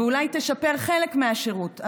אולי תשפר חלק מהשירות,